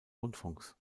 rundfunks